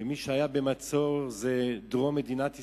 ומי שהיה במצור זה דרום מדינת ישראל,